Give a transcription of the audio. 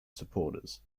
supporters